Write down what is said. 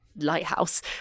lighthouse